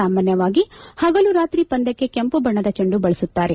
ಸಾಮಾನ್ಯವಾಗಿ ಪಗಲು ರಾತ್ರಿ ಪಂದ್ಯಕ್ಕೆ ಕೆಂಮ ಬಣ್ಣದ ಚೆಂಡು ಬಳಸುತ್ತಾರೆ